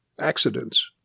accidents